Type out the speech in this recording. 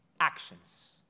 actions